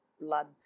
blood